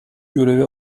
göreve